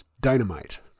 Dynamite